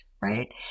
right